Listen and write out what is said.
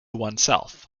oneself